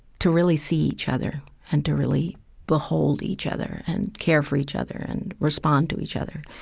to really see each other and to really behold each other and care for each other and respond to each other.